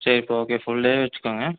சரிப்பா okay full டேவே வச்சிக்கோங்க